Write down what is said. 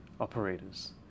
operators